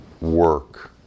work